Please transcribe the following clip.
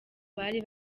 bari